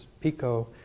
Pico